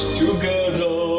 together